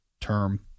term